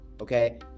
okay